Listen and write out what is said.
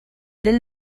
del